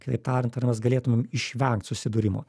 kitaip tariant ar mes galėtumėm išvengt susidūrimo